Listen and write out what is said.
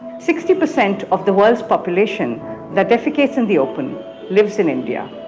sixty percent of the world's population that defecates in the open lives in india.